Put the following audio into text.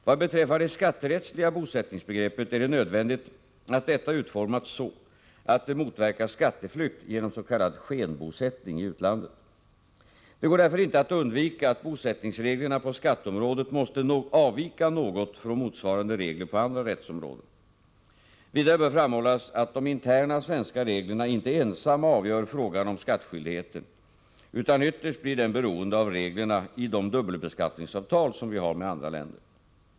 Vad beträffar det skatterättsliga bosättningsbegreppet är det nödvändigt att detta är utformat så, att det motverkar skatteflykt genom s.k. skenbosättning i utlandet. Det går därför inte att undvika att bosättningsreglerna på skatteområdet måste avvika något från motsvarande regler på andra rättsområden. Vidare bör framhållas att de interna svenska reglerna inte ensamma avgör frågan om skattskyldigheten, utan ytterst blir denna beroende av reglerna i de dubbelbeskattningsavtal som vi har med andra länder.